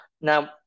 Now